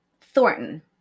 Thornton